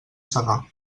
segar